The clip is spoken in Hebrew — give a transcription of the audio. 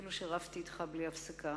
אפילו שרבתי אתך בלי הפסקה,